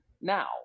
now